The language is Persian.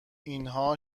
اینها